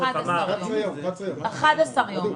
פעולות אזרחיות.